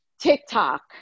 TikTok